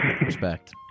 Respect